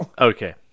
Okay